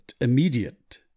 immediate